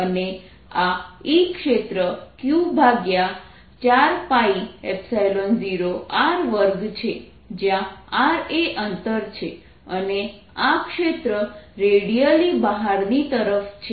અને આ E ક્ષેત્ર q40r2 છે જ્યાં r એ અંતર છે અને આ ક્ષેત્ર રેડિઅલી બહારની તરફ છે